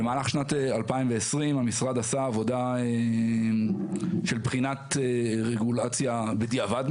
במהלך שנת 2020 המשרד עשה עבודה של בחינת רגולציה בדיעבד,